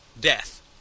death